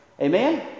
Amen